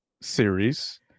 series